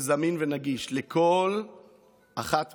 יהיה זמין ונגיש לכל אחד ואחת.